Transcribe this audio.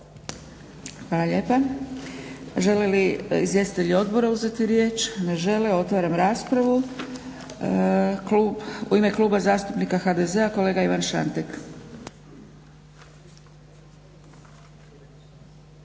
Hvala lijepa. Žele li izvjestitelji odbora uzeti riječ? Ne žele. Otvaram raspravu. U ime Kluba zastupnika HDZ-a kolega Ivan Šantek.